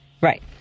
Right